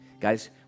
Guys